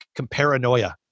comparanoia